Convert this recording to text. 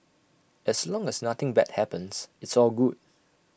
as long as nothing bad happens it's all good